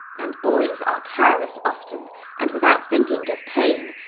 and boys are careless often and without thinking give pain,